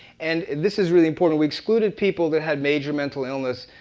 and, this is really important, we excluded people that had major mental illness.